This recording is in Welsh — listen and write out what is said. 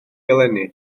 eleni